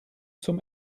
zum